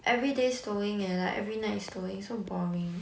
every day stowing eh like every night is stowing so boring